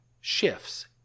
shifts